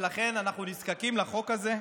ולכן אנחנו נזקקים לחוק הזה.